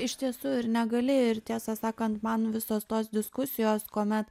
iš tiesų ir negalėjo ir tiesą sakant man visos tos diskusijos kuomet